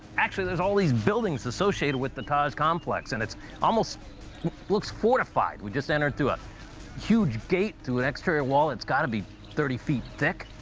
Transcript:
actually, there's all these buildings associated with the taj complex, and it almost looks fortified. we just entered through a huge gate through an exterior wall that's got to be thirty feet thick.